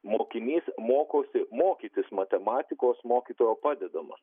mokinys mokosi mokytis matematikos mokytojo padedamas